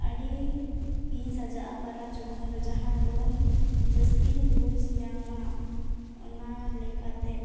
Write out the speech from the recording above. ᱟᱹᱰᱤᱜᱮᱧ ᱥᱟᱡᱟᱜᱼᱟ ᱯᱚᱨᱚᱵᱽ ᱡᱚᱠᱷᱚᱱᱫᱚ ᱡᱟᱦᱟᱸᱫᱚ ᱡᱟᱹᱥᱛᱤᱧ ᱵᱩᱡᱷᱧᱟᱢᱟ ᱚᱱᱟ ᱞᱮᱠᱟᱛᱮ